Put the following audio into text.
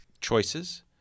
choices